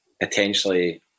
potentially